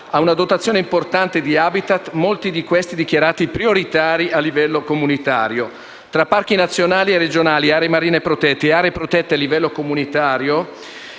ha una dotazione importante di *habitat*, molti dei quali dichiarati prioritari a livello comunitario. Tra parchi nazionali e regionali, aree marine protette e aree protette a livello comunitario